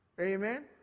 Amen